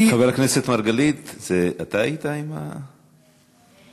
חבר הכנסת מרגלית, זה אתה היית עם, לא.